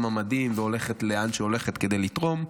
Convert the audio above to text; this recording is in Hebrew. שמה מדים והולכת לאן שהולכת כדי לתרום,